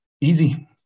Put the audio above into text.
Easy